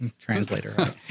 translator